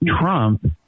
Trump